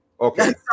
okay